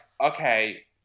okay